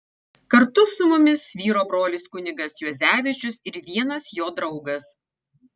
kartu su mumis vyro brolis kunigas juozevičius ir vienas jo draugas